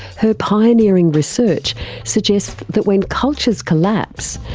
her pioneering research suggests that when cultures collapse,